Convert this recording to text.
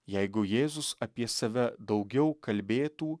jeigu jėzus apie save daugiau kalbėtų